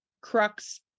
crux